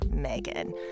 Megan